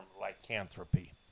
lycanthropy